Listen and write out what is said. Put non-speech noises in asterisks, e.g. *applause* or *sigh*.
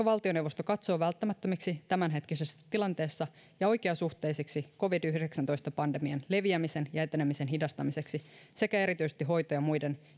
*unintelligible* valtioneuvosto katsoo välttämättömiksi tämänhetkisessä tilanteessa ja oikeasuhteisiksi covid yhdeksäntoista pandemian leviämisen ja etenemisen hidastamiseksi sekä erityisesti hoito ja muiden